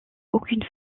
aucune